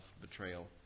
betrayal